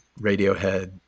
Radiohead